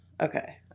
Okay